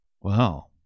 Wow